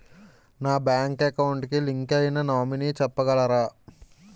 నా bank account కి link అయినా నామినీ చెప్పగలరా?